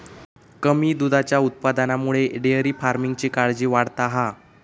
कमी दुधाच्या उत्पादनामुळे डेअरी फार्मिंगची काळजी वाढता हा